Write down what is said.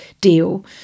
deal